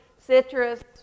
citrus